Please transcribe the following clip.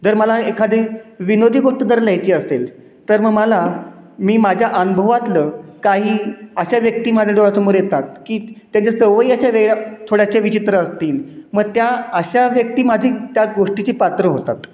जर मला एखादी विनोदी गोष्ट जर लिहायची असेल तर मग मला मी माझ्या अनुभवातलं काही अशा व्यक्ती माझ्या डोळ्यासमोर येतात की त्याच्या सवयी अशा वेळ थोड्याशा विचित्र असतील मग त्या अशा व्यक्ती माझी त्या गोष्टीची पात्र होतात